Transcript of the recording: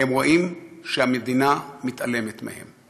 והם רואים שהמדינה מתעלמת מהם.